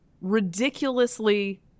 ridiculously